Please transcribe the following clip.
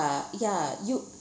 ya you